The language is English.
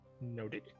Noted